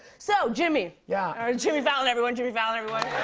so, jimmy yeah ah jimmy fallon, everyone. jimmy fallon, everyone.